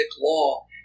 Law